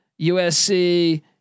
USC